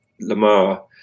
Lamar